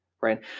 Right